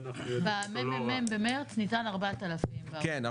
מהממ"מ ניתן שבמארס 4,000. כן,